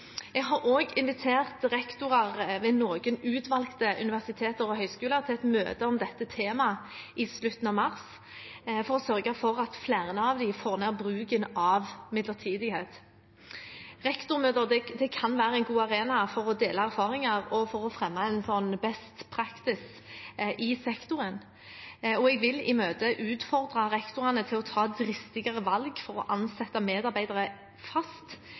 Jeg har også invitert rektorer ved noen utvalgte universiteter og høyskoler til et møte om dette temaet i slutten av mars for å sørge for at flere av disse får ned bruken av midlertidighet. Rektormøter kan være en god arena for å dele erfaringer og for å fremme en «best practice» i sektoren. Jeg vil i møtet utfordre rektorene til å ta dristigere valg for å ansette medarbeidere fast